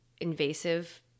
invasive